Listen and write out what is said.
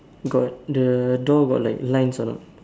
got the door got like lines or not